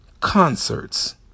concerts